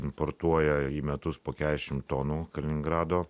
importuoja į metus po kesšim tonų kaliningrado